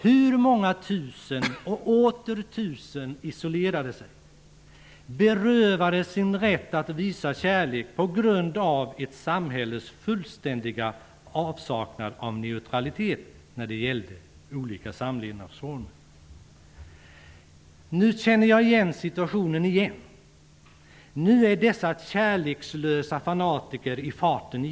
Hur många tusen och åter tusen isolerades, berövades sin rätt att visa kärlek på grund av ett samhälles fullständiga avsaknad av neutralitet när det gällde olika samlevnadsformer? Nu känner jag igen situationen. Nu är åter dessa kärlekslösa fanatiker i farten.